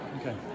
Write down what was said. Okay